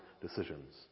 decisions